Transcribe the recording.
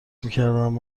میکردم